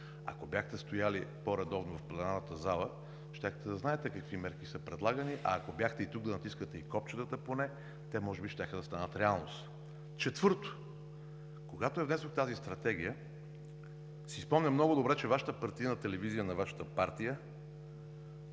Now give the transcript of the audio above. Ако бяхте стояли по-редовно в пленарната зала, щяхте да знаете какви мерки са предлагани, а ако бяхте тук да натискате и копчетата поне, те може би щяха да станат реалност. Четвърто, когато я внесох тази стратегия, си спомням много добре, че Вашата партийна телевизия – на Вашата партия,